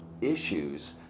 issues